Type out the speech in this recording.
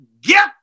Get